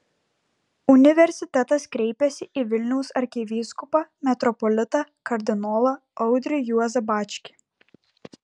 universitetas kreipėsi į vilniaus arkivyskupą metropolitą kardinolą audrį juozą bačkį